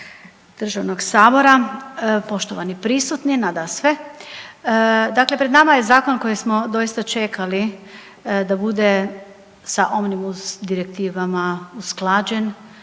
državnog Sabora, poštovani prisutni nadasve. Dakle, pred nama je zakon koji smo doista čekali da bude sa onim uz direktivama usklađen,